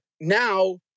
now